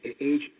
age